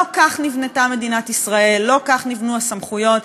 לא כך נבנתה מדינת ישראל, לא כך נבנו הסמכויות.